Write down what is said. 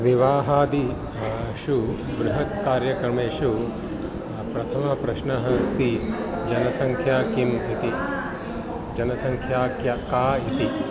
विवाहादिषु बृहत् कार्यक्रमेषु प्रथमप्रश्नः अस्ति जनसङ्ख्या किं इति जनसङ्ख्या का का इति